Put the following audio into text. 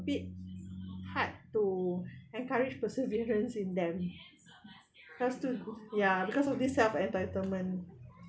a bit hard to encourage perseverance in them cause to ya because of the self entitlement